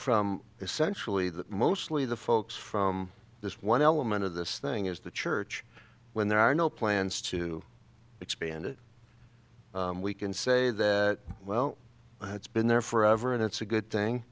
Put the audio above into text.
from essentially the mostly the folks from this one element of this thing is the church when there are no plans to expand it we can say that well it's been there forever and it's a good thing